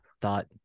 thought